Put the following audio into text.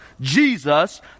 Jesus